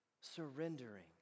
surrendering